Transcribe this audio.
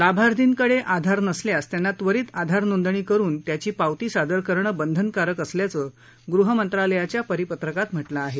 लाभार्थीकडे आधार नसल्यास त्यांना त्वरीत आधार नोंदणी करुन त्याची पावती सादर करणं बंधनकारक असल्याचं गृहमंत्रालयाच्या परिपत्रकात म्हा लं आहे